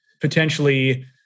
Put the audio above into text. potentially